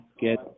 get